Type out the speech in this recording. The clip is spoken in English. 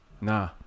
Nah